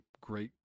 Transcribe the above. great